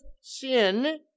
sin